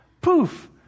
poof